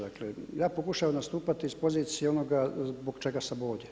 Dakle ja pokušavam nastupati s pozicije onoga zbog čega sam ovdje.